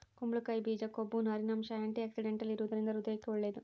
ಕುಂಬಳಕಾಯಿ ಬೀಜ ಕೊಬ್ಬು, ನಾರಿನಂಶ, ಆಂಟಿಆಕ್ಸಿಡೆಂಟಲ್ ಇರುವದರಿಂದ ಹೃದಯಕ್ಕೆ ಒಳ್ಳೇದು